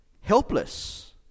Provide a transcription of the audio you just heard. helpless